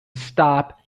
stop